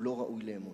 הוא לא ראוי לאמון.